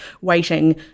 waiting